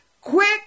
Quick